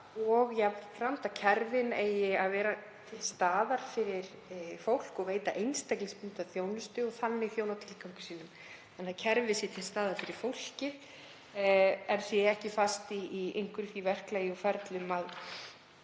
og jafnframt að kerfin eigi að vera til staðar fyrir fólk og veita einstaklingsbundna þjónustu og þjóna þannig tilgangi sínum þannig að kerfið sé til staðar fyrir fólkið en sé ekki fast í einhverju því verklagi og ferlum að